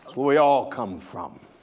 where we all come from.